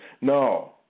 No